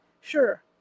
Sure